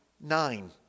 nine